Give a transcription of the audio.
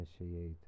initiate